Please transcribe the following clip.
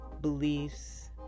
beliefs